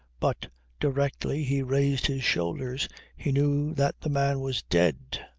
but directly he raised his shoulders he knew that the man was dead!